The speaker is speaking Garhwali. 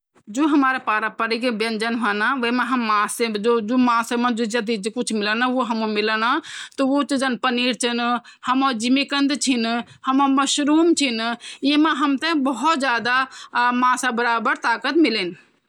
कुछ छुप्याँ फल, सब्जी व्हंदन जूमाँ भोत पोषक तत्व व्हंदन जनि -ओकरा, टमाटर, चूल्यी, आदि।